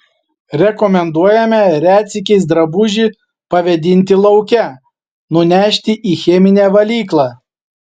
rekomenduojame retsykiais drabužį pavėdinti lauke nunešti į cheminę valyklą